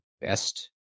best